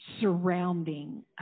surrounding